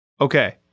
Okay